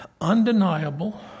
undeniable